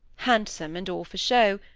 handsome and all for show,